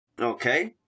Okay